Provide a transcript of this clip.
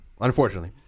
unfortunately